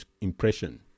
impression